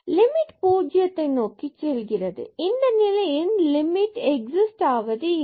limit பூஜ்ஜியத்தை நோக்கி செல்கிறது இந்த நிலையின் பொழுது லிமிட் ஆவது இல்லை